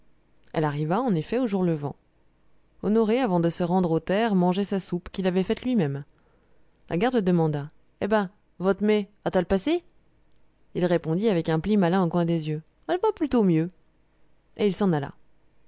elle arriva en effet au jour levant honoré avant de se rendre aux terres mangeait sa soupe qu'il avait faite lui-même la garde demanda eh ben vot'mé a t all passé il répondit avec un pli malin au coin des yeux all'va plutôt mieux et il s'en alla